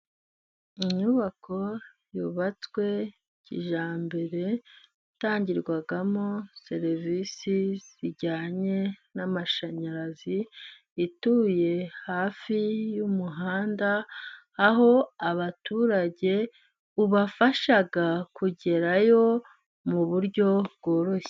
Inyubako yubatswe kijyambere, itangirwamo serivisi zijyanye n'amashanyarazi, ituye hafi y'umuhanda, aho abaturage ubafasha kugerayo mu buryo bworoshye.